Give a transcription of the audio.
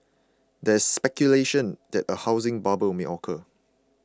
there is speculation that a housing bubble may occur